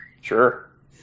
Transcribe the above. Sure